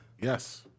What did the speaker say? Yes